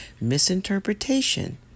misinterpretation